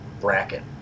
bracket